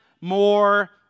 more